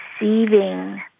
receiving